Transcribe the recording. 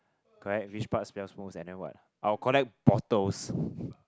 correct which part sells most and then what I'll collect bottles